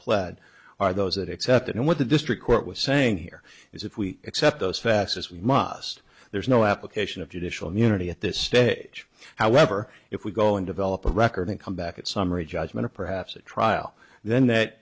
pled are those that accept and what the district court was saying here is if we accept those facts as we must there is no application of judicial munity at this stage however if we go and develop a record and come back at summary judgment or perhaps a trial then that